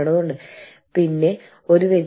കൂട്ടായ്മയുടെ സ്വാതന്ത്ര്യം